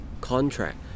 contract